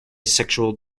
sexual